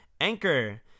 Anchor